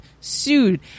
sued